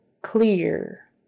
clear